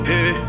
Hey